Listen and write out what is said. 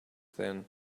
then